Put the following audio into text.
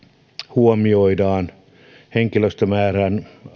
huomioidaan henkilöstömäärää